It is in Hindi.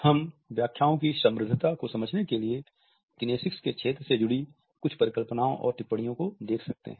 हम व्याख्याओं की समृद्धता को समझने के लिए किनेसिक्स के क्षेत्र से जुड़ी कुछ परिकल्पनाओं और टिप्पणियों को देख सकते हैं